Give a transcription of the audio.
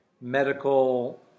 medical